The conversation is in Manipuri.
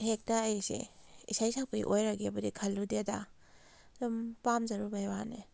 ꯍꯦꯛꯇ ꯑꯩꯁꯦ ꯏꯁꯩ ꯁꯛꯄꯤ ꯑꯣꯏꯔꯒꯦꯕꯨꯗꯤ ꯈꯜꯂꯨꯗꯦꯗ ꯑꯗꯨꯝ ꯄꯥꯝꯖꯔꯨꯕꯒꯤ ꯋꯥꯅꯤ